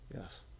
Yes